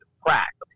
crack